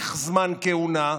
להאריך זמן כהונה,